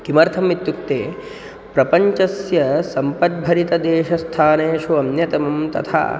किमर्थमित्युक्ते प्रपञ्चस्य सम्पद्भरितदेशस्थानेषु अन्यतमं तथा